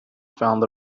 found